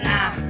Now